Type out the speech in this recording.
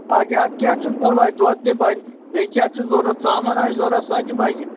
اَچھا اَدٕ کیٚنٛہہ چھُنہٕ پَرواے دۄد تہِ بَنہِ بیٚیہِ کیٛاہ چھُ ضروٗرت ژامَن آسہِ ضروٗرت سۄ تہِ بَنہِ